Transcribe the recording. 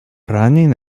running